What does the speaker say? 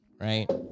right